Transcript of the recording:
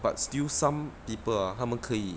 but still some people ah 他们可以